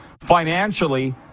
financially